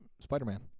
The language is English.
Spider-Man